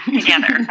together